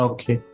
Okay